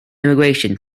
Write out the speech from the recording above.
immigration